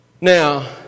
Now